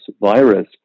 virus